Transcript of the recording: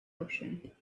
ocean